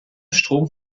strom